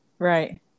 Right